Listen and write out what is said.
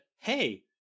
Hey